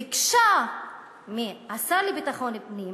ביקשה מהשר לביטחון פנים